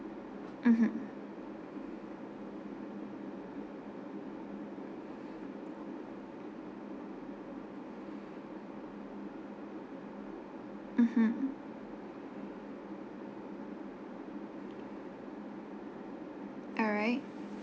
mmhmm mmhmm alright